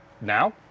now